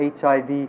HIV